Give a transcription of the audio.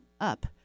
up